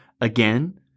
again